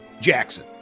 Jackson